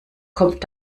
kommt